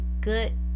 good